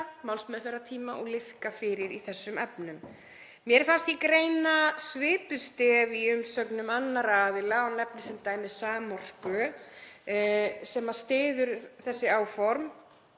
málsmeðferðartíma og liðka fyrir í þessum efnum. Mér fannst ég greina svipuð stef í umsögnum annarra aðila og nefni sem dæmi Samorku sem styður þessi áform